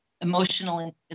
emotional